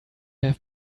have